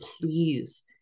please